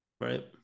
Right